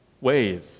ways